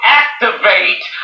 activate